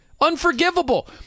Unforgivable